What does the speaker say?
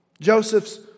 Joseph's